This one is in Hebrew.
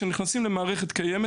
כשנכנסים למערכת קיימת,